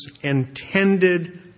intended